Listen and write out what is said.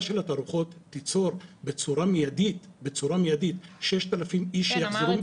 של התערוכות תיצור בצורה מיידית 6,000 איש שיחזרו לעבודה.